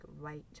right